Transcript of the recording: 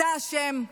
אתה אשם.